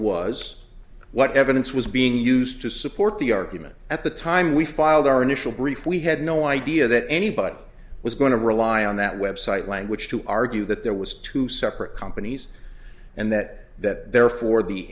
was what evidence was being used to support the argument at the time we filed our initial brief we had no idea that anybody was going to rely on that website language to argue that there was two separate companies and that that therefore